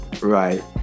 right